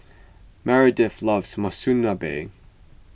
Meredith loves Monsunabe